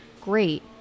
great